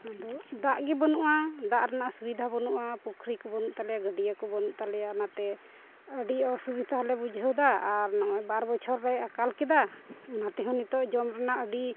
ᱟᱫᱚ ᱫᱟᱜ ᱜᱮ ᱵᱟᱹᱱᱩᱜᱼᱟ ᱫᱟᱜ ᱨᱮᱱᱟᱜ ᱥᱩᱵᱤᱫᱟ ᱵᱟᱹᱱᱩᱜᱼᱟ ᱯᱩᱠᱷᱩᱨᱤ ᱠᱚ ᱵᱟᱹᱱᱩᱜ ᱛᱟᱞᱮᱭᱟ ᱜᱟᱹᱰᱭᱟᱹ ᱠᱚ ᱵᱟᱹᱱᱩᱜ ᱛᱟᱞᱮᱭᱟ ᱚᱱᱟᱛᱮ ᱟᱹᱰᱤ ᱚᱥᱩᱵᱤᱫᱟ ᱞᱮ ᱵᱩᱡᱷᱟᱹᱣᱫᱟ ᱟᱨ ᱱᱚᱜᱼᱚᱸᱭ ᱵᱟᱨ ᱵᱚᱪᱷᱚᱨᱮ ᱟᱠᱟᱞ ᱠᱮᱫᱟ ᱚᱱᱟᱛᱮ ᱦᱚᱸ ᱱᱤᱛᱚᱜ ᱡᱚᱢ ᱨᱮᱱᱟᱜ ᱟᱹᱰᱤ